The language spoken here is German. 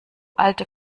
alte